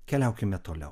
keliaukime toliau